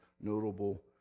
notable